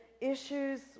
issues